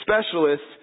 specialists